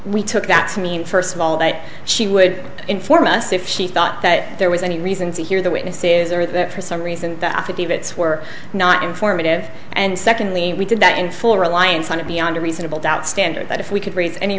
we took that to mean first of all that she would inform us if she thought that there was any reason to hear the witnesses or that for some reason the affidavits were not informative and secondly we did that in full reliance on it beyond a reasonable doubt standard that if we could raise any